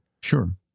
Sure